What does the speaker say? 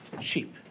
Cheap